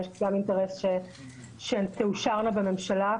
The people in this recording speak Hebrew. יש גם אינטרס שהן תאושרנה בממשלה,